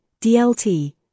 DLT